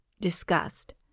Disgust